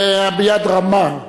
שביד רמה,